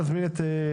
צריך לדייק את זה.